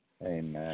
Amen